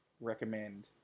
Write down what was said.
recommend